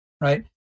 right